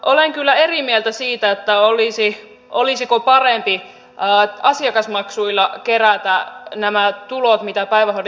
olen kyllä eri mieltä siitä olisiko parempi asiakasmaksuilla kerätä nämä tulot mitä päivähoidon järjestämiseen tarvitaan